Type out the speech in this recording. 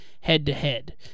head-to-head